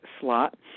slot